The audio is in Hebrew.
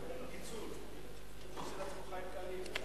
חוק ומשפט בדבר חלוקת הצעת